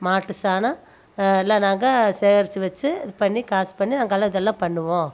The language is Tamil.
மாட்டு சாணம் இல்லைனாக்கா சேகரித்து வச்சி இது பண்ணி காசு பண்ணி நாங்கள் எல்லாம் இதெல்லாம் பண்ணுவோம்